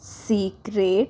seek rate